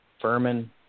Furman